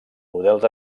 models